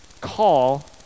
call